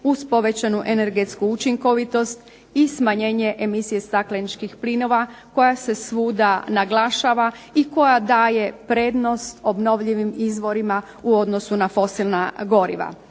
uz povećanu energetsku učinkovitost i smanjenje emisije stakleničkih plinova koja se svuda naglašava i koja daje prednost obnovljivim izvorima u odnosu na posebna goriva.